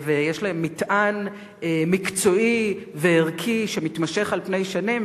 ויש להם מטען מקצועי וערכי שמתמשך על פני שנים,